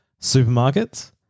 supermarkets